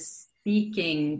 speaking